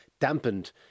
dampened